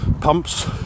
pumps